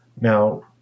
Now